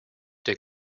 der